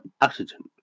accident